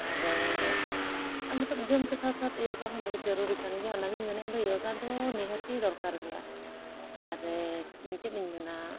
ᱟᱨ ᱢᱚᱛᱞᱚᱵᱽ ᱡᱚᱢ ᱠᱮ ᱥᱟᱛ ᱥᱟᱛ ᱭᱳᱜᱟ ᱦᱚᱸ ᱵᱚᱦᱩᱛ ᱡᱟᱹᱨᱩᱲᱤ ᱠᱟᱱ ᱜᱮᱭᱟ ᱚᱱᱟᱜᱤᱧ ᱢᱮᱱᱮᱫ ᱤᱧ ᱫᱚ ᱭᱳᱜᱟ ᱫᱚ ᱱᱤᱦᱟᱹᱛᱤ ᱫᱚᱨᱠᱟᱨ ᱜᱮᱭᱟ ᱟᱨ ᱪᱮᱫ ᱤᱧ ᱢᱮᱱᱟ